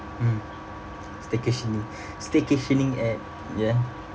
mm staycationing staycationing at ya